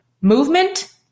movement